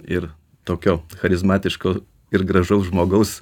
ir tokio charizmatiško ir gražaus žmogaus